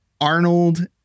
Arnold